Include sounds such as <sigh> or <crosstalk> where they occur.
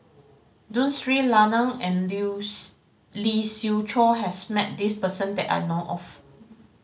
Tun Sri Lanang and <unintelligible> Lee Siew Choh has met this person that I know of